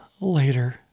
later